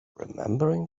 remembering